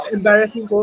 Embarrassing